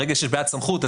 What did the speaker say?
ברגע שיש בעיית סמכות,